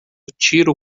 tiro